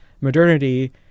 modernity